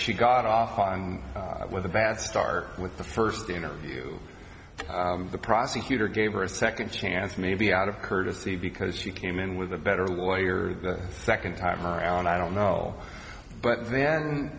she got off with a bad start with the first interview the prosecutor gave her a second chance maybe out of courtesy because she came in with a better lawyer the second time around i don't know but then